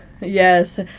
yes